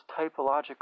typological